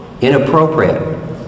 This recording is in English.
inappropriate